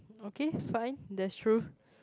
okay fine that's true